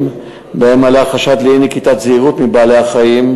שבהן עלה חשד לאי-נקיטת זהירות מפני סכנה של בעלי-החיים,